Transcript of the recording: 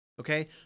Okay